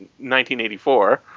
1984